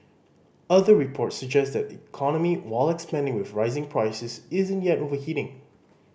other reports suggest the economy while expanding with rising prices isn't yet overheating